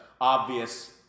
obvious